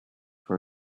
for